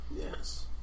Yes